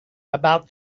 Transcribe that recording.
about